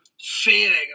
feeling